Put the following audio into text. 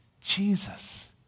Jesus